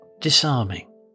disarming